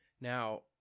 Now